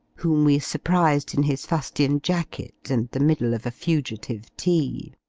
whom we surprised in his fustian jacket and the middle of a fugitive tea.